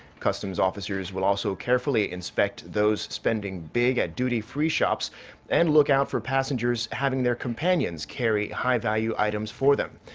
customs officers will also carefully inspect those spend big at duty free shops and look out for passengers having their companions carry high-value items for them.